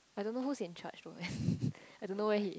I don't know who's in charge though I don't know where he